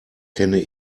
kenne